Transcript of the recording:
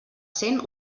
sent